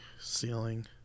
ceiling